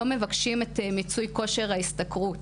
לא מבקשים את מיצוי כושר ההשתכרות,